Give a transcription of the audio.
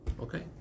okay